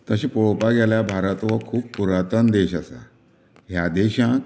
तशें पळोवपा गेल्यार भारत हो खूब पुरातन देश आसा ह्या देशांत